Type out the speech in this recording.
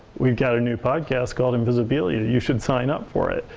we've got a new podcast called invisibilia. you should sign up for it.